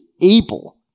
able